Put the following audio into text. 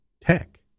tech